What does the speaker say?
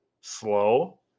slow